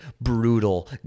brutal